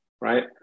right